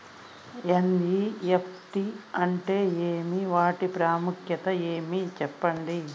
NEFT అంటే ఏమి వాటి ప్రాముఖ్యత ఏమి? సెప్పండి?